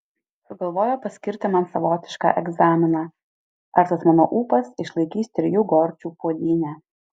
sugalvojo paskirti man savotišką egzaminą ar tas mano ūpas išlaikys trijų gorčių puodynę